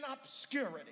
obscurity